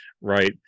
right